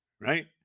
right